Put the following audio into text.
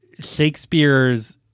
Shakespeare's